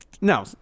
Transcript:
no